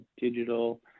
digital